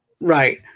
right